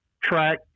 track